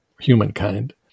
humankind